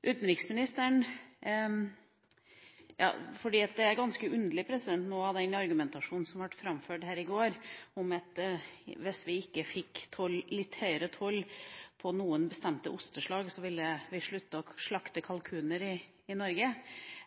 Noe av den argumentasjonen som ble framført her i går, er litt underlig – hvis vi ikke fikk litt høyere toll på bestemte osteslag, ville vi slutte å slakte kalkuner i Norge.